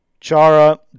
Chara